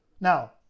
Now